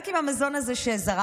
רק עם המזון הזה שזרקנו?